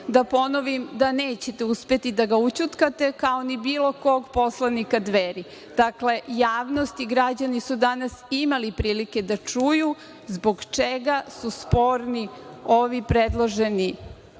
Da ponovim da nećete uspeti da ga ućutkate, kao ni bilo kog poslanika Dveri. Dakle, javnost i građani su danas imali prilike da čuju zbog čega je sporan ovaj predloženi